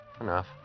Enough